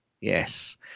Yes